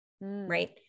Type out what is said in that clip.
right